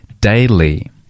daily